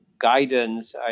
guidance